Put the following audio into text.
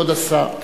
כבוד השר,